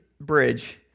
bridge